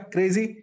Crazy